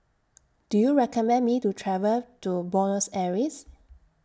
Do YOU recommend Me to travel to Buenos Aires